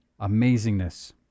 amazingness